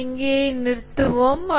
நாம் இங்கேயே நிறுத்துவோம்